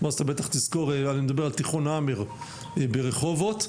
אני מדבר על תיכון המר ברחובות.